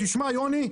תשמע יוני,